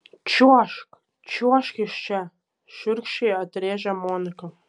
čiuožk čiuožk iš čia šiurkščiai atrėžė monika